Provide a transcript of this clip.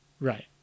Right